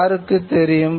யாருக்கு தெரியும்